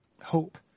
hope